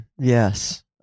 Yes